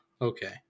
okay